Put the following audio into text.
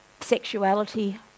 sexuality